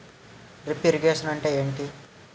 Drip irrigation అంటే ఏమిటి?